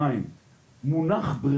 דבר שני,